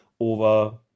over